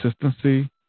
consistency